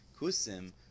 kusim